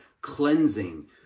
cleansing